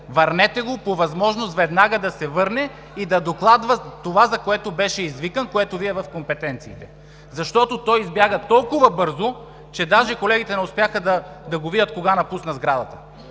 Върнете го по възможност веднага. Да се върне и да докладва това, за което беше извикан, което Ви е в компетенциите. Защото той избяга толкова бързо, че даже колегите не успяха да видят кога напусна сградата.